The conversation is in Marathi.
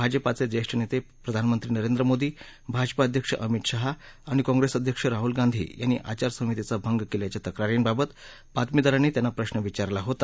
भाजपाचे ज्येष्ठ नेते प्रधानमंत्री नरेंद्र मोदी भाजपा अध्यक्ष अमित शहा आणि काँप्रेस अध्यक्ष राहुल गांधी यांनी आचारसंहितेचा भंग केल्याच्या तक्रारींबाबत बातमीदारांनी त्यांना प्रश्न विचारला होता